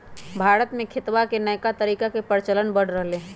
भारत में खेतवा के नया तरीका के प्रचलन बढ़ रहले है